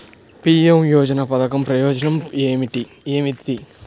PM యోజన పధకం ప్రయోజనం ఏమితి?